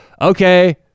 Okay